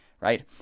Right